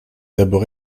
d’abord